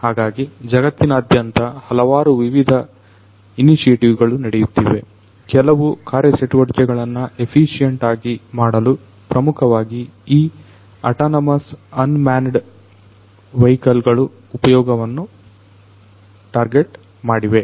ಹಾಗಾಗಿ ಜಗತ್ತಿನಾದ್ಯಂತ ಹಲವಾರು ವಿವಿಧ ಇನಿಷಿಯೇಟಿವ್ ಗಳು ನಡೆಯುತ್ತಿವೆ ಕೆಲವು ಕಾರ್ಯಚಟುವಟಿಕೆಗಳನ್ನು ಎಫಿಸಿಯೆಂಟ್ ಆಗಿ ಮಾಡಲು ಪ್ರಮುಖವಾಗಿ ಈ ಆಟಾನಮಸ್ ಅನ್ಮ್ಯಾನ್ಡ್ ವೆಹಿಕಲ್ ಗಳು ಉಪಯೋಗವನ್ನು ಟಾರ್ಗೆಟ್ ಮಾಡಿವೆ